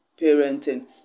parenting